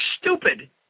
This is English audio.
stupid